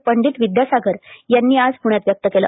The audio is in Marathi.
पंडित विद्यासागर यांनी आज प्ण्यात व्यक्त केलं